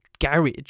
garage